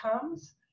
comes